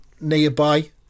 nearby